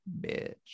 bitch